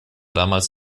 damals